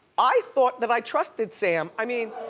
i thought that i trusted sam. i mean,